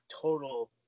total